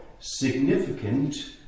significant